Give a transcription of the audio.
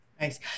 Nice